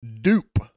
dupe